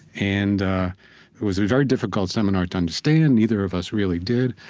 and it was a very difficult seminar to understand. neither of us really did.